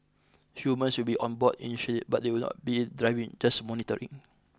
humans will be on board initially but they will not be driving just monitoring